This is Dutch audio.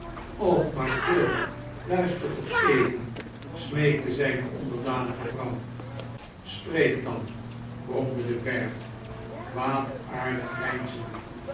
och maar quilp luister toch even smeekte zijne onderdanige vrouw spreek dan bi'omde de dwerg